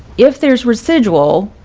if there's residual